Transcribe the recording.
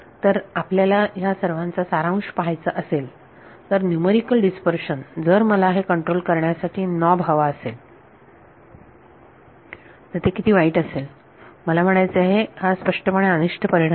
तर आपल्याला या सर्वांचा सारांश पाहायचा असेल तर न्यूमरिकल डीस्पर्शन जर मला हे कंट्रोल करण्यासाठी नॉब हवा असेल तर ते किती वाईट असेल मला म्हणायचे आहे हा स्पष्टपणे अनिष्ट परिणाम आहे